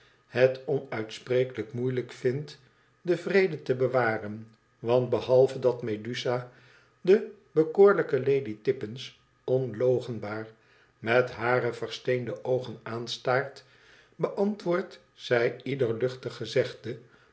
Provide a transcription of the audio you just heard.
het onuitsprekelijk moeilijk vindt den vrede te bewaren want behalve dat medusa de bekoorlijke lady tippins onloochenbaar met hare versteende oogen aanstaart beantwoordt zij ieder luchtig gezegde